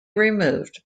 removed